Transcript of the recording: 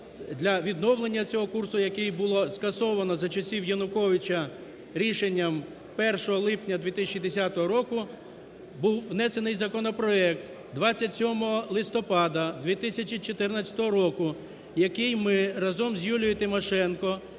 для відновлення цього курсу, який було скасовано за часів Януковича рішенням 1 липня 2010 року, був внесений законопроект 27 листопада 2014 року, який ми разом з Юлією Тимошенко